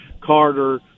Carter